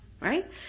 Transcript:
Right